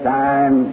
time